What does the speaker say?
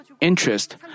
interest